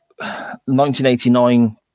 1989